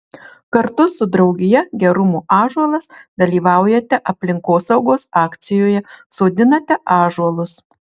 kartu su draugija gerumo ąžuolas dalyvaujate aplinkosaugos akcijoje sodinate ąžuolus